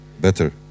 Better